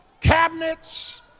cabinets